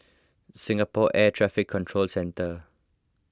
Singapore Air Traffic Control Centre